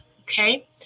okay